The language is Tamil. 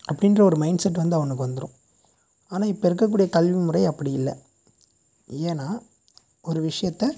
அப்படின்ற ஒரு மைண்ட்செட் வந்து அவனுக்கு வந்துடும் ஆனால் இப்போ இருக்கற கூடிய கல்வி முறை அப்படி இல்லை ஏனால் ஒரு விஷயத்தை